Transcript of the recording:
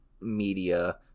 media